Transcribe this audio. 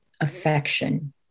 affection